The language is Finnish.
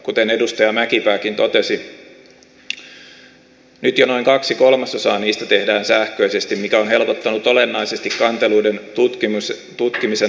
kuten edustaja mäkipääkin totesi nyt jo noin kaksi kolmasosaa niistä tehdään sähköisesti mikä on helpottanut olennaisesti kanteluiden tutkimisen nopeutettua menettelyä